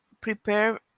prepare